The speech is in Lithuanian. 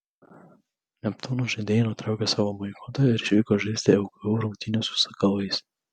neptūno žaidėjai nutraukė savo boikotą ir išvyko žaisti lkl rungtynių su sakalais